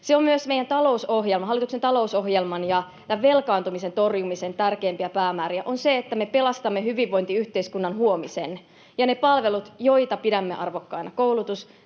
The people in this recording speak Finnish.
Se on myös meidän talousohjelma. Hallituksen talousohjelman ja tämän velkaantumisen torjumisen tärkeimpiä päämääriä on se, että me pelastamme hyvinvointiyhteiskunnan huomisen ja ne palvelut, joita pidämme arvokkaina, koulutus